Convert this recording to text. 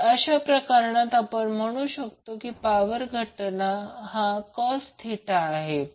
तर अशा प्रकरणात आपण काय म्हणू शकतो की पॉवर घटक हा cos थिटा आहे